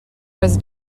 was